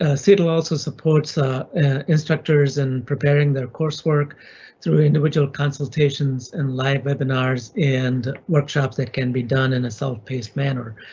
ah cetl also supports ah instructors in preparing their coursework through individual consultations and live webinars and workshops that can be done in a self paced manner.